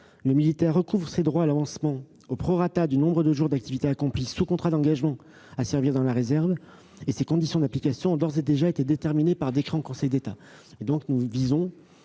le militaire recouvre ses droits à l'avancement au prorata du nombre de jours d'activité accomplis sous contrat d'engagement à servir dans la réserve. Ses conditions d'application ont été déterminées par décret en Conseil d'État.